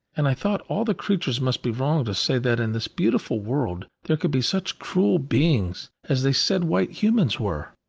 and i thought all the creatures must be wrong to say that in this beautiful world there could be such cruel beings as they said white humans were.